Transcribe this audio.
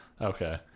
Okay